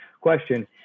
question